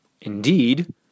Indeed